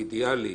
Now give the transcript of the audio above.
אידיאלי,